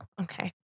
Okay